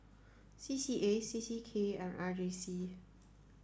C C A C C K and R J C